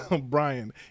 Brian